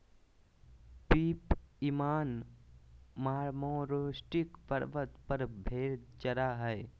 Pip Ivan Marmaroskyi पर्वत पर भेड़ चरा हइ